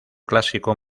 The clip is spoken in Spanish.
clásico